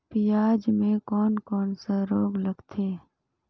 पियाज मे कोन कोन सा रोग लगथे?